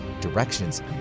directions